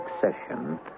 succession